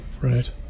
Right